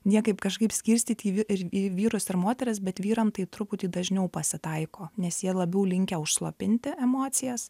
niekaip kažkaip skirstyti į vyrus ir moteris bet vyram tai truputį dažniau pasitaiko nes jie labiau linkę užslopinti emocijas